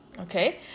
Okay